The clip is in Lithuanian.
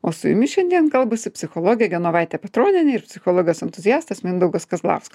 o su jumis šiandien kalbasi psichologė genovaitė petronienė ir psichologas entuziastas mindaugas kazlauskas